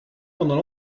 pendant